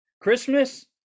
Christmas